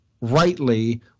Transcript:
rightly